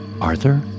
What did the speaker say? Arthur